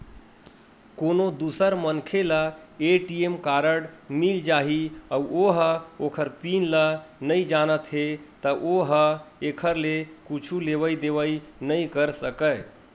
कोनो दूसर मनखे ल ए.टी.एम कारड मिल जाही अउ ओ ह ओखर पिन ल नइ जानत हे त ओ ह एखर ले कुछु लेवइ देवइ नइ कर सकय